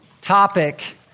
topic